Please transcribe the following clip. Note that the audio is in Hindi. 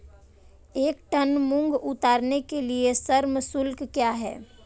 एक टन मूंग उतारने के लिए श्रम शुल्क क्या है?